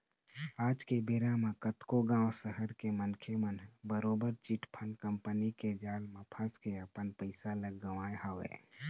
आज के बेरा म कतको गाँव, सहर के मनखे मन ह बरोबर चिटफंड कंपनी के जाल म फंस के अपन पइसा ल गवाए हवय